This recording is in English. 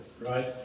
Right